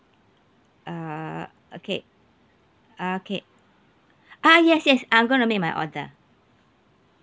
uh okay uh okay ah yes yes I'm gonna make my order